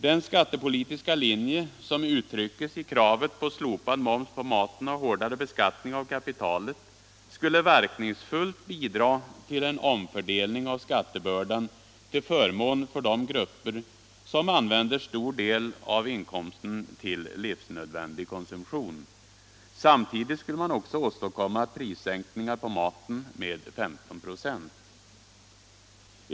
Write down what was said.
Den skattepolitiska linje som uttrycks i kravet på slopad moms på maten och hårdare beskattning av kapitalet skulle verkningsfullt bidra till en omfördelning av skattebördan till förmån för de grupper som använder en stor del av inkomsten till livsnödvändig konsumtion. Samtidigt skulle man också åstadkomma prissänkningar på maten med 15 "6.